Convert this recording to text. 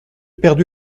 perdu